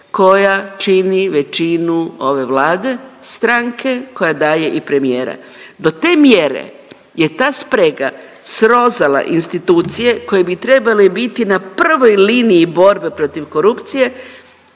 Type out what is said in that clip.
koja čini većinu ove Vlade, stranke koja daje i premijera. Do te mjere je ta sprega srozala institucije koje bi trebale biti na prvoj liniji borbe protiv korupcije